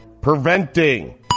Preventing